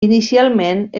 inicialment